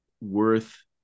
worth